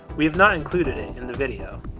we have not included it in the video.